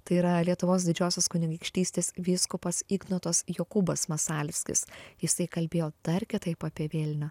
tai yra lietuvos didžiosios kunigaikštystės vyskupas ignotas jokūbas masalskis jisai kalbėjo dar kitaip apie vilnių